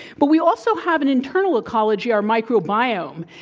but we also have an internal ecology, our microbiome.